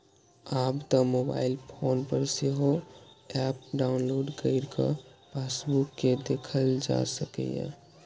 आब तं mobile phone पर सेहो एप डाउलोड कैर कें पासबुक कें देखल जा सकैए